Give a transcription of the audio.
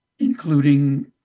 including